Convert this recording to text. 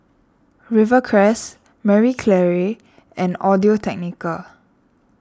Rivercrest Marie Claire and Audio Technica